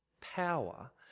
power